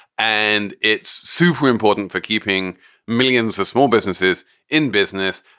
and it's super important for keeping millions of small businesses in business.